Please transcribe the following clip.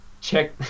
check